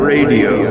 Radio